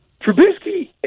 Trubisky